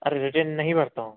अरे नहीं भरता हूँ